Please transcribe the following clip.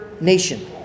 nation